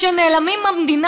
נעלם מהמדינה.